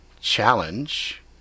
Challenge